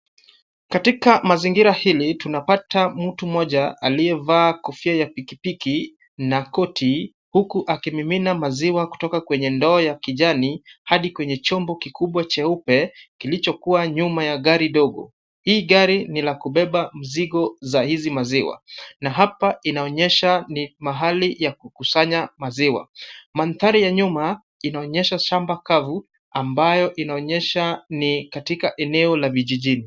Katika mazingira hili tunapata mtu mmoja aliyevaa kofia ya pikipiki na koti huku akimimina maziwa kutoka kwenye ndoo ya kijani hadi kwenye chombo kikubwa cheupe kilichokuwa nyuma ya gari dogo. Hii gari ni la kubeba mzigo za hizi maziwa na hapa inaonyesha ni mahali ya kukusanya maziwa. Mandhari ya nyuma inaonyesha shamba kavu ambayo inaonyesha ni katika eneo la vijijini.